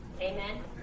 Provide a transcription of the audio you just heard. Amen